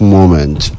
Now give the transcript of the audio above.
Moment